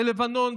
בלבנון,